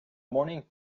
morning